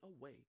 away